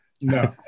no